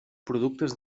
productes